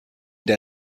der